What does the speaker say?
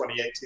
2018